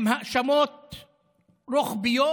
עם האשמות רוחביות: